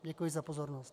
Děkuji za pozornost.